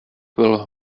will